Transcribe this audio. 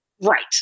Right